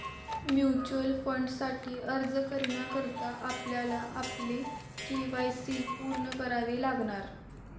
mutual फंडासाठी अर्ज करण्याकरता आपल्याला आपले के.वाय.सी पूर्ण करावे लागणार